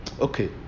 Okay